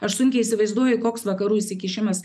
aš sunkiai įsivaizduoju koks vakarų įsikišimas